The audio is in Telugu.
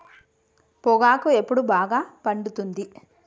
పొగాకు ఎప్పుడు బాగా పండుతుంది?